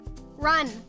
Run